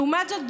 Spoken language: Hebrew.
לעומת זאת,